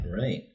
Right